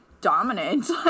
dominant